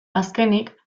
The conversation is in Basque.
azkenik